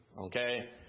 Okay